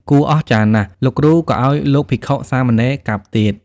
គួរអស្ចារ្យណាស់, លោកគ្រូ ក៏ឲ្យលោកភិក្ខុ-សាមណេរកាប់ទៀត ។